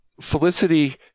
Felicity